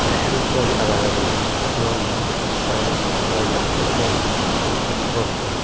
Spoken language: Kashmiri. اَسہِ چھُ سورُے اٮ۪ویلیبٕل ٹٮ۪کنالجی ساینَس وغیرہ چھُ اَسہِ سورُے بٔتھِس پٮ۪ٹھٕے أتی برٛونٛٹھٕ کَنۍ